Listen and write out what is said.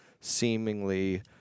seemingly